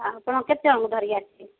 ଆପଣ କେତେଜଣଙ୍କୁ ଧରିକି ଆସିବେ